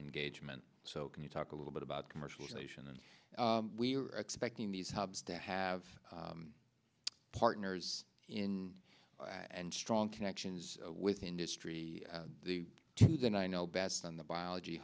engagement so can you talk a little bit about commercialization and we're expecting these hubs to have partners in and strong connections with industry to then i know best on the biology